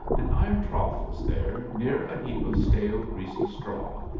an iron trough was there near a heap of stale greasy straw,